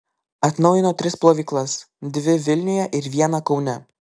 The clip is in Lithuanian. atnaujino tris plovyklas dvi vilniuje ir vieną kaune